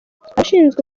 abashinzwe